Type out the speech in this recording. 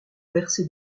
bercé